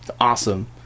awesome